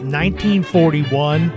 1941